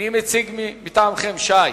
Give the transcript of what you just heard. מי מציג מטעמכם, שי?